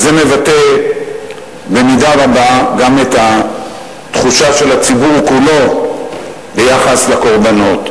וזה מבטא במידה רבה גם את התחושה של הציבור כולו ביחס לקורבנות.